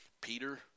Peter